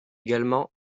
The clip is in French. également